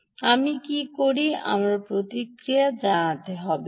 এবং আমি কি করি আমার প্রতিক্রিয়া জানাতে হবে